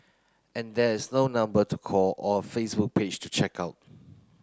and there is no number to call or a Facebook page to check out